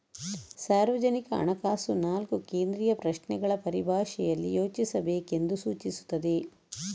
ಸಾರ್ವಜನಿಕ ಹಣಕಾಸು ನಾಲ್ಕು ಕೇಂದ್ರೀಯ ಪ್ರಶ್ನೆಗಳ ಪರಿಭಾಷೆಯಲ್ಲಿ ಯೋಚಿಸಬೇಕೆಂದು ಸೂಚಿಸುತ್ತದೆ